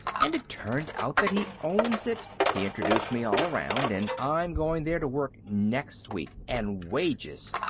and it turned out that he owns it. he introduced me all around, and i'm going there to work next week. and wages!